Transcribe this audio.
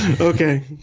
Okay